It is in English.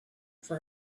for